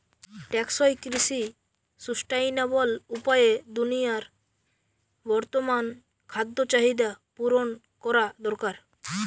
টেকসই কৃষি সুস্টাইনাবল উপায়ে দুনিয়ার বর্তমান খাদ্য চাহিদা পূরণ করা দরকার